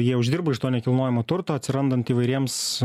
jie uždirba iš to nekilnojamo turto atsirandant įvairiems